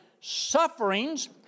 sufferings